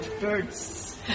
birds